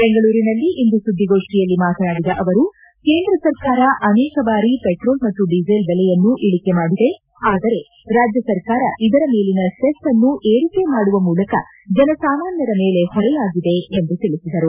ಬೆಂಗಳೂರಿನಲ್ಲಿಂದು ಸುದ್ದಿಗೋಷ್ಠಿಯಲ್ಲಿ ಮಾತನಾಡಿದ ಅವರು ಕೇಂದ್ರ ಸರ್ಕಾರ ಅನೇಕ ಬಾರಿ ಪೆಟ್ರೋಲ್ ಮತ್ತು ಡೀಸೆಲ್ ದೆಲೆಯನ್ನು ಇಳಕೆ ಮಾಡಿದೆ ಆದರೆ ರಾಜ್ಯ ಸರ್ಕಾರ ಇದರ ಮೇಲನ ಸೆಸ್ ಅನ್ನು ಏರಿಕೆ ಮಾಡುವ ಮೂಲಕ ಜನಸಾಮಾನ್ಗರ ಮೇಲೆ ಹೊರೆಯಾಗಿದೆ ಎಂದು ತಿಳಿಸಿದರು